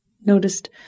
noticed